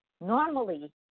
Normally